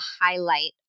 highlight